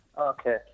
Okay